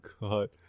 god